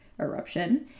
eruption